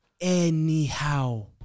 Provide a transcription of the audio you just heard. Anyhow